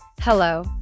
Hello